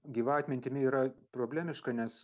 gyva atmintimi yra problemiška nes